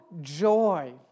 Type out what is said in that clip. joy